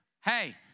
hey